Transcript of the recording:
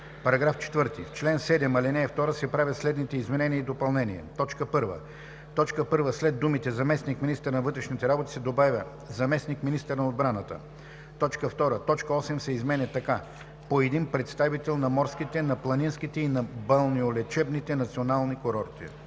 § 4: „§ 4. В чл. 7, ал. 2 се правят следните изменения и допълнения: 1. В т. 1 след думите „заместник-министър на вътрешните работи“ се добавя „заместник-министър на отбраната“. 2. Точка 8 се изменя така: „8. по един представител на морските, на планинските и на балнеолечебните национални курорти;“.“